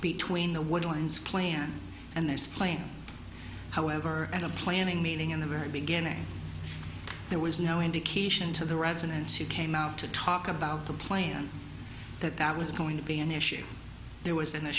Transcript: between the woodlands clan and this plane however at a planning meeting in the very beginning there was no indication to the residents who came out to talk about the plan that that was going to be an issue there was an